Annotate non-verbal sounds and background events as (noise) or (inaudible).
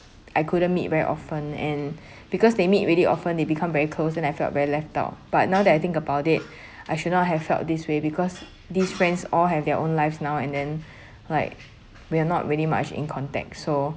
I couldn't meet very often and (breath) because they meet really often they become very close then I felt very left out but now that I think about it (breath) I should not have felt this way because these friends all have their own lives now and then like we're not really much in contact so